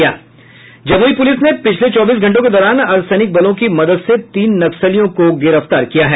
Jamui police ने पिछले चौबीस घंटों के दौरान अर्द्व सैनिक बलों की मदद से तीन नक्सलियों को गिरफ्तार किया है